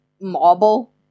marble